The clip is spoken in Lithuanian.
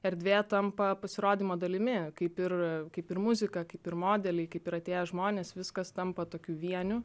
erdvė tampa pasirodymo dalimi kaip ir kaip ir muzika kaip ir modeliai kaip ir atėję žmonės viskas tampa tokiu vieniu